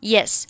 Yes